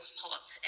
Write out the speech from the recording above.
hot